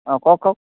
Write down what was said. অঁ কওক কওক